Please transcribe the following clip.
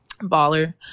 baller